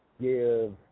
give